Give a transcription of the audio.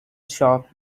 shop